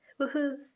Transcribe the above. Woohoo